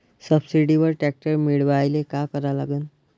सबसिडीवर ट्रॅक्टर मिळवायले का करा लागन?